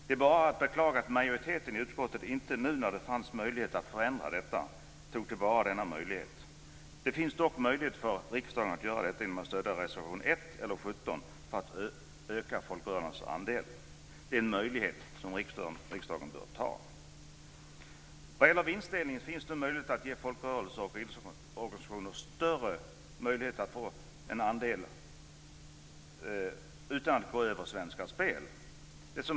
Det är bara att beklaga att majoriteten i utskottet inte tog till vara den möjlighet som nu fanns att förändra detta. Det finns dock möjlighet för riksdagen att genom att stödja reservation 1 eller reservation 17 öka folkrörelsernas andel. Det är en möjlighet som riksdagen bör ta till vara. Vad gäller vinstdelning finns det nu möjlighet att ge folkrörelser och idrottsorganisationer möjlighet en större andel utan att gå över Svenska Spel.